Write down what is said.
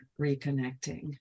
reconnecting